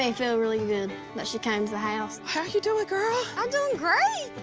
ah feel really good that she came to the house. how you doing, girl? i'm doing great.